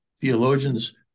theologians